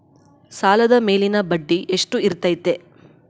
ಸಾಲದ ಮೇಲಿನ ಬಡ್ಡಿ ಎಷ್ಟು ಇರ್ತೈತೆ?